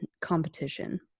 competition